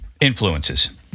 influences